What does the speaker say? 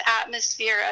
atmosphere